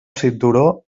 cinturó